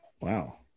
Wow